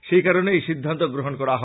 সেই কারণে এই সিদ্ধান্ত গ্রহন করা হয়েছে